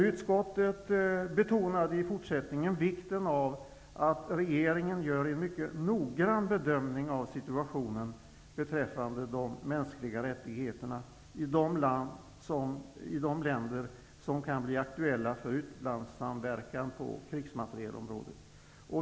Utskottet betonar i fortsättningen vikten av att regeringen gör en mycket noggrann bedömning av situationen beträffande de mänskliga rättigheterna i de länder som kan bli aktuella för utlandssamverkan på krigsmaterielområdet.